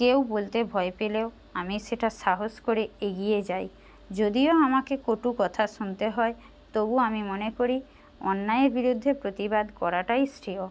কেউ বলতে ভয় পেলেও আমি সেটা সাহস করে এগিয়ে যাই যদিও আমাকে কটু কথা শুনতে হয় তবু আমি মনে করি অন্যায়ের বিরুদ্ধে প্রতিবাদ করাটাই শ্রেয়